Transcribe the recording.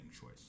choice